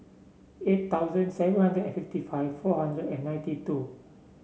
eight thousand seven hundred and fifty five four hundred and ninety two